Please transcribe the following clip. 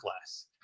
less